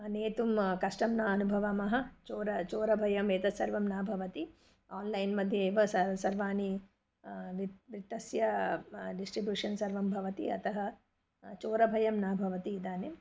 नेतुं कष्टं न अनुभवामः चोरः चोरभयम् एतत् सर्वं न भवति आन्लैन् मध्ये एव स सर्वाणि वित् वित्तस्य डिस्ट्रिब्यूशन् सर्वं भवति अतः चोरभयं न भवति इदानीं